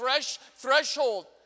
threshold